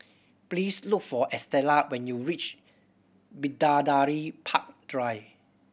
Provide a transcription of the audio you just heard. please look for Estela when you reach Bidadari Park Drive